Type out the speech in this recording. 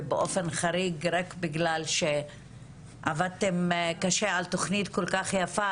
ובאופן חריג רק בגלל שעבדתם קשה על תוכנית כל כך יפה,